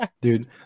Dude